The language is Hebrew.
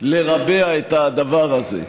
לרבע את הדבר הזה.